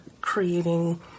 creating